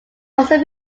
also